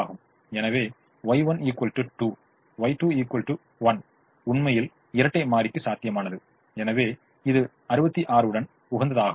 எனவே Y1 2 Y2 1 உண்மையில் இரட்டை மாறிக்கு சாத்தியமானது எனவே இது 66 உடன் உகந்ததாகும்